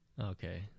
Okay